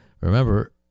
Remember